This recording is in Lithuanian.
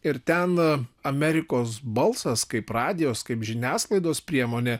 ir ten amerikos balsas kaip radijas kaip žiniasklaidos priemonė